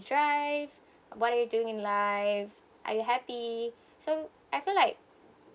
drive what are you doing in life are you happy so I feel like